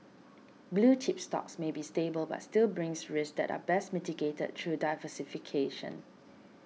blue chip stocks may be stable but still brings risks that are best mitigated through diversification